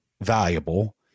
valuable